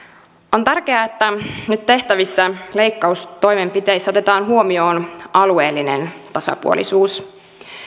on tärkeää että nyt tehtävissä leikkaustoimenpiteissä otetaan huomioon alueellinen tasapuolisuus